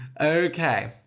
Okay